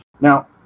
Now